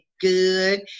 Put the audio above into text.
good